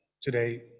today